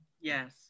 Yes